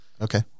okay